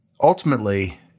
Ultimately